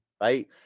right